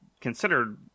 considered